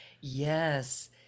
Yes